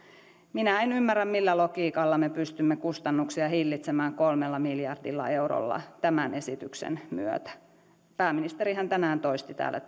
minä en ymmärrä millä logiikalla me pystymme kustannuksia hillitsemään kolmella miljardilla eurolla tämän esityksen myötä pääministerihän tänään toisti täällä